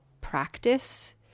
practice